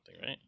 right